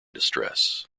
distress